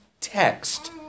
text